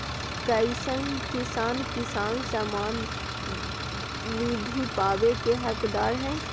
कईसन किसान किसान सम्मान निधि पावे के हकदार हय?